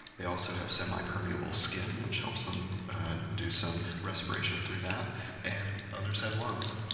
they also have semi-permeable skin which helps them do some respiration through that and others have lungs,